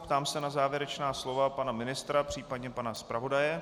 Ptám se na závěrečná slova pana ministra, případně pana zpravodaje.